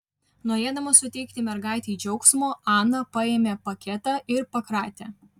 norėdama suteikti mergaitei džiaugsmo ana paėmė paketą ir pakratė